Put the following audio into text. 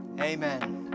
Amen